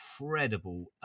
incredible